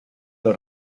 los